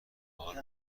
حال